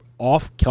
off